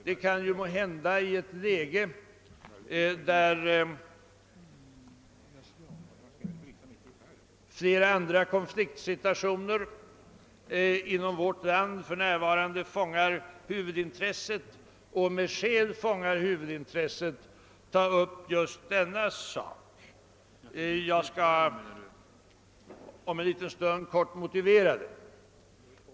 Det kan måhända synas omotiverat att i ett läge, där flera andra konfliktsituationer inom vårt land med skäl fångar huvudintresset, ia upp just denna sak. Jag skall om en liten stund kort motivera varför jag gör det.